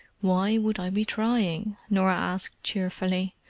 why would i be trying? norah asked cheerfully.